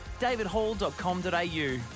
davidhall.com.au